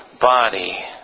body